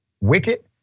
Wicked